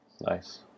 Nice